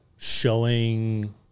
Showing